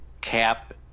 Cap